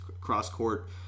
cross-court